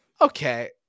okay